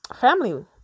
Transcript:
family